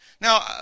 Now